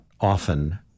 often